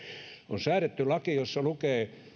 on säädetty laki jossa lukee